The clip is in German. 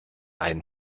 ein